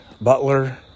Butler